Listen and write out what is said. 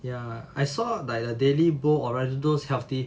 ya I saw like the daily bowl orlando healthy